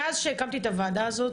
מאז שהקמתי את הוועדה הזאת,